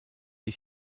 est